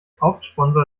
hauptsponsor